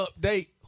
update